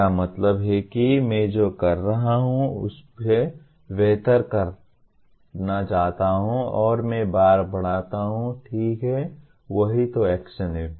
इसका मतलब है कि मैं जो कर रहा हूं उससे बेहतर करना चाहता हूं और मैं बार बढ़ाता हूं ठीक है वही तो एक्शन है